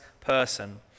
person